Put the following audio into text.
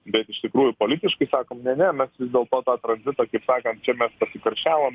bet iš tikrųjų politiškai sakom ne ne mes vis dėlto tą tranzitą kaip sakant čia mes pasikarščiavom